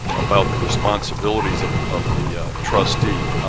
about the responsibilities of of the trustee.